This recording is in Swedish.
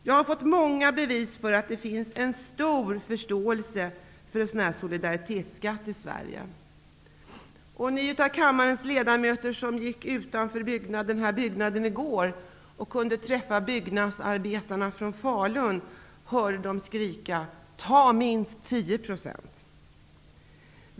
Jag har fått många bevis för att det finns en stor förståelse för en sådan här solidaritetsskatt i De av kammarens ledamöter som gick utanför riksdagshuset i går och som mötte byggnadsarbetarna från Falun kunde höra dem skrika: Tag minst 10 %!